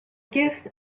gifts